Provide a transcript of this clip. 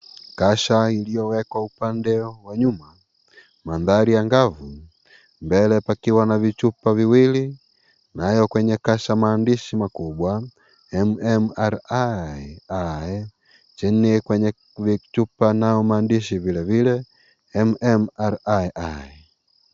Kasha iliyowekwa upande wa nyuma. Mandhari angavu mbele pakiwa na vichupa viwili, nayo kwenye kasha maandishi makubwa MMR II. Kwenye vichupa nayo maandishi vilevile MMR II.